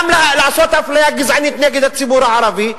גם לעשות אפליה גזענית נגד הציבור הערבי ולהגיד: